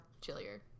chillier